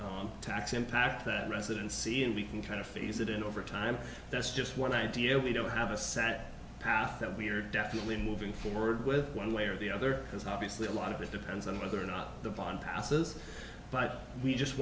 on tax impact that residency and we can kind of phase it in over time that's just one idea we don't have a sense path that we are definitely moving forward with one way or the other because obviously a lot of it depends on whether or not the bond passes but we just